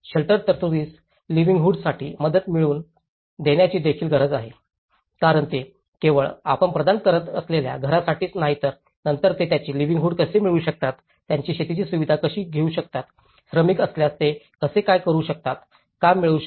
shelter तरतूदीसह लिवलीहूडसाठी मदत मिळवून देण्याची देखील गरज आहे कारण ते केवळ आपण प्रदान करत असलेल्या घरासाठीच नाही नंतर ते त्यांचे लिवलीहूड कसे मिळवू शकतात त्यांची शेतीची सुविधा कशी घेऊ शकतात श्रमिक असल्यास ते कसे काय करू शकतात काम मिळवू शकता